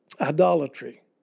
Idolatry